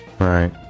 Right